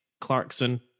clarkson